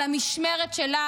על המשמרת שלה,